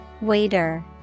waiter